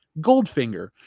Goldfinger